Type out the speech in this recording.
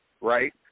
right